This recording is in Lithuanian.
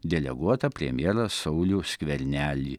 deleguotą premjerą saulių skvernelį